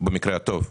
במקרה הטוב.